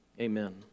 amen